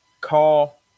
call